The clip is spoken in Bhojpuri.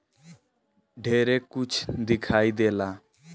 ढेरे कुछ दिखाई देला